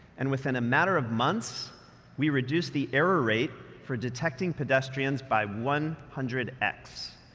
and within a matter of months we reduced the error rate for detecting pedestrians by one hundred x.